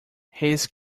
his